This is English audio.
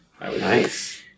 Nice